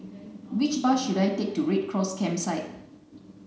which bus should I take to Red Cross Campsite